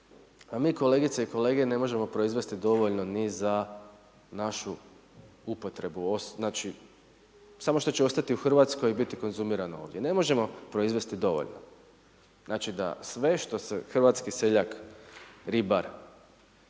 a mi kolegice i kolege ne možemo proizvesti dovoljno ni za našu upotrebu znači, samo što će ostati u Hrvatskoj i konzumirano ovdje ne možemo proizvesti dovoljno. Znači da sve što hrvatski seljak, ribar,